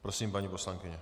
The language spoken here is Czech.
Prosím, paní poslankyně.